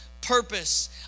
purpose